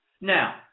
Now